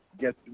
get